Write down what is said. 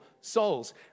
souls